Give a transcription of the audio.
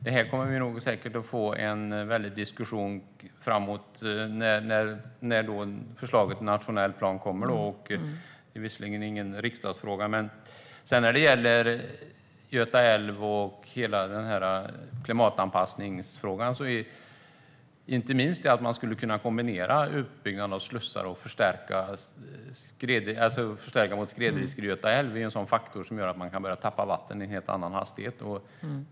Det kommer säkert att bli en stor diskussion när förslaget om nationell plan kommer, även om det inte är en riksdagsfråga. När det gäller Göta älv och klimatanpassning skulle man inte minst kunna kombinera uppbyggnad av slussar och förstärkning mot skredrisk i Göta älv. Det är en faktor som gör att man kan börja tappa vatten med en helt annan hastighet.